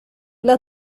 إلى